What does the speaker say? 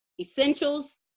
Essentials